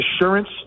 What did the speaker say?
assurance